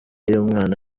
y’umwana